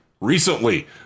recently